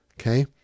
okay